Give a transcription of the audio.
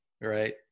Right